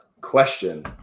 Question